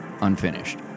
unfinished